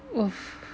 !oof!